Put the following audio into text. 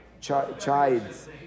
chides